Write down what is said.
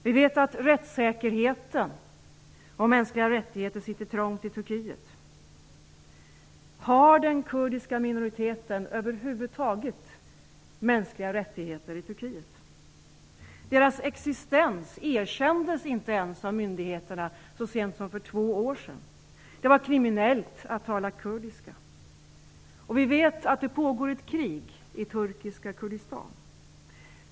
Vi vet att rättssäkerheten och mänskliga rättigheter sitter trångt i Turkiet. Har den kurdiska minoriteten över huvud taget mänskliga rättigheter i Turkiet? Dess existens erkändes inte ens av myndigheterna så sent som för två år sedan. Det var kriminellt att tala kurdiska. Vi vet att det pågår ett krig i turkiska Kurdistan.